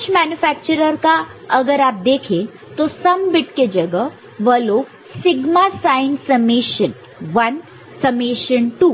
कुछ मेन्यफ़ेक्चर्र का अगर आप देखें तो सम बिट के जगह वह लोग सिगमा साइन समेशन 1 समेशन 2